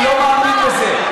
אני לא מאמין בזה.